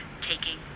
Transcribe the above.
taking